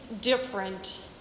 different